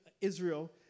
Israel